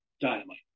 Dynamite